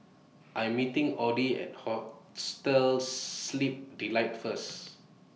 I'm meeting Audie At Hostel Sleep Delight First